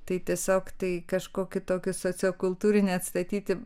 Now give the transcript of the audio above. tai tiesiog tai kažkokiu tokiu sociokultūrinį atstatyti